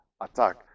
attack